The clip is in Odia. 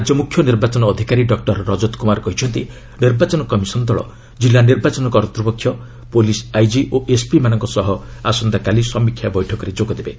ରାଜ୍ୟ ମୁଖ୍ୟ ନିର୍ବାଚନ ଅଧିକାରୀ ଡକ୍ଟର ରଜତ କୁମାର କହିଛନ୍ତି ନିର୍ବାଚନ କମିଶନ ଦଳ କିଲ୍ଲ ନିର୍ବାଚନ କର୍ତ୍ତୃପକ୍ଷ ପୁଲିସ୍ ଆଇଜି ଓ ଏସ୍ପିମାନଙ୍କ ସହ ଆସନ୍ତାକାଲି ସମୀକ୍ଷା ବୈଠକରେ ଯୋଗ ଦେବେ